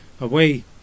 away